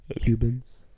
Cubans